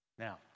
Now